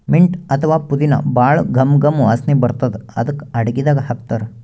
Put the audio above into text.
mint ಅಥವಾ ಪುದಿನಾ ಭಾಳ್ ಘಮ್ ಘಮ್ ವಾಸನಿ ಬರ್ತದ್ ಅದಕ್ಕೆ ಅಡಗಿದಾಗ್ ಹಾಕ್ತಾರ್